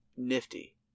nifty